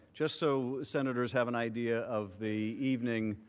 just so senators have an idea of the evening,